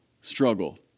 struggle